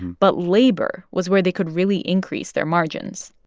but labor was where they could really increase their margins